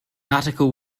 article